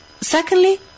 Secondly